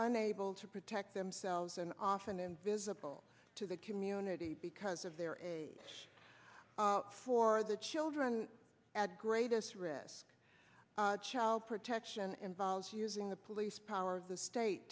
unable to protect themselves and often invisible to the community because of their age for the children at greatest risk child protection involves using the police power of the state